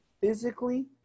physically